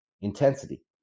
intensity